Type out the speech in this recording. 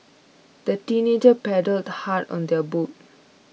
the teenagers paddled hard on their boat